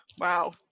wow